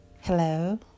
hello